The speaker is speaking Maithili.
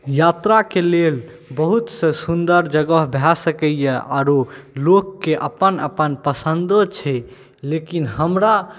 यात्राके लेल बहुत से सुन्दर जगह भऽ सकैए आओर लोकके अपन अपन पसन्दो छै लेकिन हमरा